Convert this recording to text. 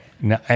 No